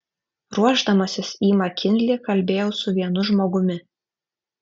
ruošdamasis į makinlį kalbėjau su vienu žmogumi